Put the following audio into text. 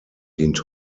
dient